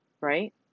right